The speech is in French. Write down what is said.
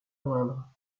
moindre